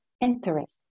interest